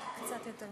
חברי חברי הכנסת,